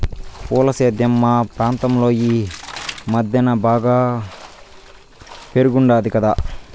పూల సేద్యం మా ప్రాంతంలో ఈ మద్దెన బాగా పెరిగుండాది కదా